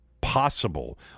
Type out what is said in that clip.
possible